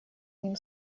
ним